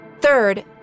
Third